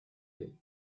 année